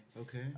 Okay